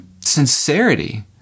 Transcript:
sincerity